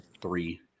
three